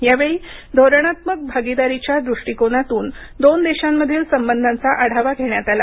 यावेळी धोरणात्मक भागीदारीच्या दृष्टिकोनातून दोन देशांमधील संबंधांचा आढावा घेण्यात आला